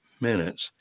minutes